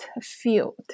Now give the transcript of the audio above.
field